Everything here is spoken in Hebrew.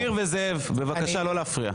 ולדימיר וזאב, בבקשה לא להפריע.